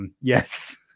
Yes